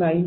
0